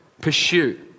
pursue